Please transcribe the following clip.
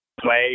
play